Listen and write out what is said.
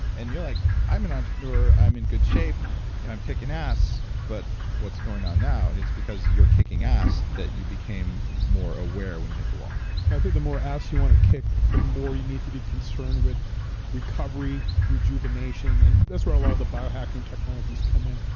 and you're like, i'm an entrepreneur. i'm in good shape you know and kicking ass, but what's going on now? and it's because you're kicking ass that you became more aware when you hit the wall i think the more ass you want to kick, the more you need to be concerned with recovery, rejuvenation. and that's where a lot of the biohacking technologies come in.